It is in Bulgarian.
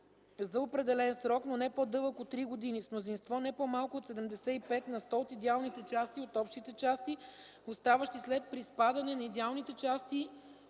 за определен срок, но не по-дълъг от три години – с мнозинство не по-малко от 75 на сто от идеалните части от общите части, оставащи след приспадане на идеалните части